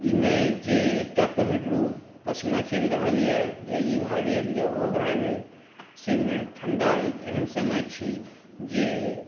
ई नहि जे एकटा पहिरलहुॅं पसीना चलि रहल यऽ या ई भए गेल या ओ भए गेल से नहि ठण्डा एक एहन समय छी जे